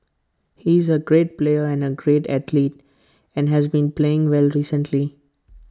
he is A great player and A great athlete and has been playing well recently